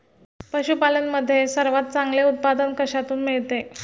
पशूपालन मध्ये सर्वात चांगले उत्पादन कशातून मिळते?